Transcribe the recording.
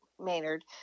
Maynard